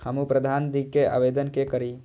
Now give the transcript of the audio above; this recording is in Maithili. हमू प्रधान जी के आवेदन के करी?